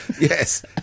Yes